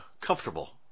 comfortable